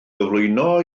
gyflwyno